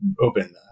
open